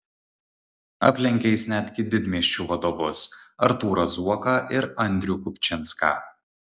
aplenkė jis netgi didmiesčių vadovus artūrą zuoką ir andrių kupčinską